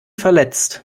verletzt